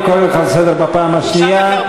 אני קורא אותך לסדר בפעם הראשונה.